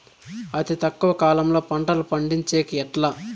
అతి తక్కువ కాలంలో పంటలు పండించేకి ఎట్లా?